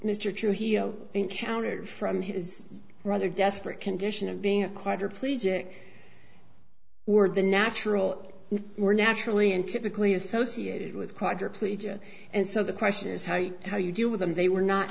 trujillo encountered from his rather desperate condition of being a quadriplegic were the natural were naturally and typically associated with quadriplegia and so the question is how you how you deal with them they were not